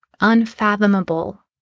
unfathomable